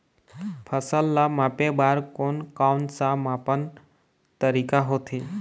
फसल ला मापे बार कोन कौन सा मापन तरीका होथे?